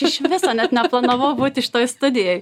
iš viso net neplanavau būti šitoj studijoj